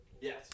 Yes